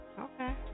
Okay